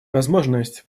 возможность